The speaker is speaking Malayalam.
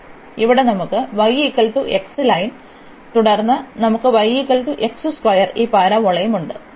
അതിനാൽ ഇവിടെ നമുക്ക് ലൈൻ തുടർന്ന് നമുക്ക് ഈ പരാബോളയുണ്ട്